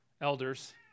elders